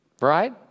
Right